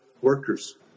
workers